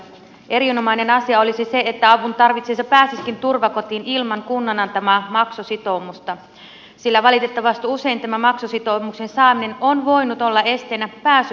erinomainen asia olisi se että avuntarvitsija pääsisikin turvakotiin ilman kunnan antamaa maksusitoumusta sillä valitettavasti usein tämän maksusitoumus on voinut olla esteenä pääsylle turvakotiin